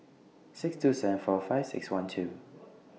six two seven four five six one two